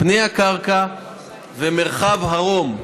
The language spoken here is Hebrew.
פני הקרקע ומרחב הרום,